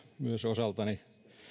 myös osaltani